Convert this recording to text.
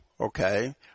okay